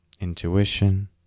intuition